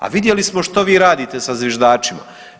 A vidjeli smo što vi radite sa zviždačima?